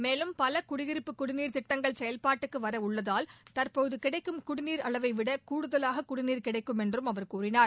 மேலும் பல குடியிருப்பு குடிநீர் திட்டங்கள் செயல்பாட்டுக்கு வர உள்ளதால் தற்போது கிடைக்கும் குடிநீர் அளவைவிட கூடுதலாக குடிநீர் கிடைக்கும் என்றும் அவர் கூறினார்